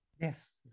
Yes